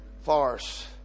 farce